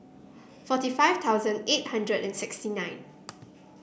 forty five thousand eight hundred and sixty nine